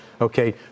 Okay